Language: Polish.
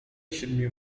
siedmiu